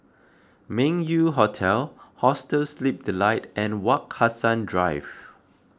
Meng Yew Hotel Hostel Sleep Delight and Wak Hassan Drive